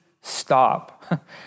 stop